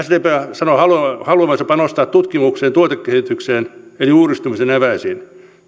sanoo haluavansa panostaa tutkimukseen tuotekehitykseen eli uudistumisen eväisiin